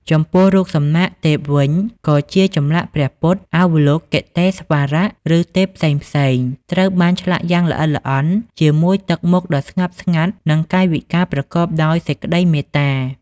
ចំពោះរូបសំណាកទេពវិញ ក៏ជាចម្លាក់ព្រះពុទ្ធ អវលោកិតេស្វរៈ ឬទេពផ្សេងៗត្រូវបានឆ្លាក់យ៉ាងល្អិតល្អន់ ជាមួយទឹកមុខដ៏ស្ងប់ស្ងាត់ និងកាយវិការប្រកបដោយសេចក្តីមេត្តា។